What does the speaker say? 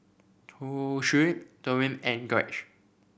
Toshio Deron and Gage